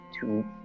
two